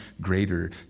greater